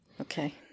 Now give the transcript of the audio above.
Okay